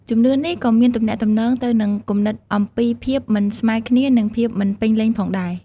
ជំនឿនេះក៏មានទំនាក់ទំនងទៅនឹងគំនិតអំពីភាពមិនស្មើគ្នានិងភាពមិនពេញលេញផងដែរ។